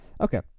Okay